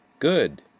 Good